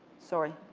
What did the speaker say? sorry